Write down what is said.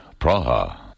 Praha